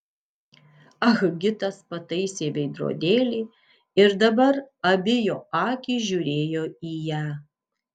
ah gitas pataisė veidrodėlį ir dabar abi jo akys žiūrėjo į ją